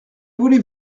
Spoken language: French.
voulez